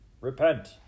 Repent